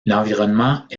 l’environnement